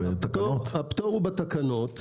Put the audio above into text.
הפטור הוא בתקנות.